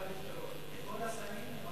הוא מחליף את כל השרים?